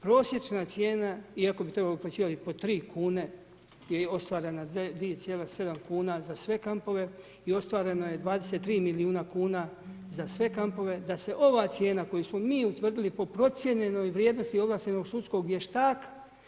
Prosječna cijena, iako bi trebali uplaćivati po tri kune jer je ostvarena 2,7 kuna za sve kampove i ostvareno je 23 milijuna kuna za sve kampove da se ova cijena koju smo mi utvrdili po procijenjenoj vrijednosti ovlaštenog sudskog vještaka.